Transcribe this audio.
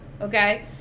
okay